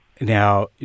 Now